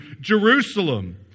Jerusalem